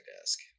desk